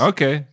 Okay